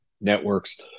networks